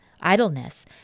idleness